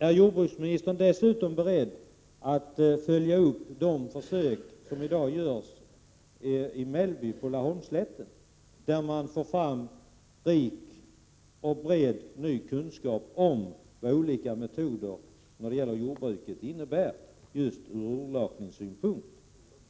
Är jordbruksministern dessutom beredd att följa upp de försök som i dag görs i Mellby på Laholmsslätten där man får fram rik och bred ny kunskap om vad jordbrukets olika metoder innebär från utlakningssynpunkt?